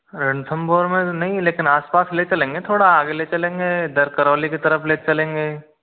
रणथंभौर में तो नहीं है लेकिन आसपास ले चलेंगे थोड़ा आगे ले चलेंगे दर करौली की तरफ ले चलेंगे